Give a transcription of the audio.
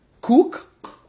cook